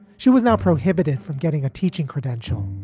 she was now prohibited from getting a teaching credential.